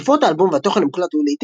עטיפות האלבום והתוכן המוקלט היו לעיתים